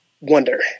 Wonder